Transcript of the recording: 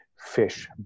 fish